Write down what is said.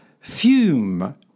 fume